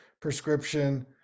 prescription